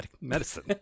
medicine